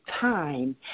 time